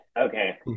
Okay